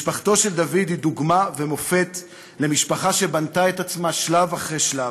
משפחתו של דוד היא דוגמה ומופת למשפחה שבנתה את עצמה שלב אחרי שלב,